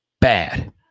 bad